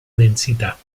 densità